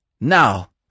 now